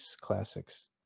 classics